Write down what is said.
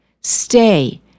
Stay